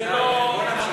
לא נורא,